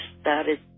started